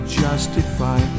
justify